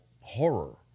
horror